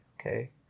Okay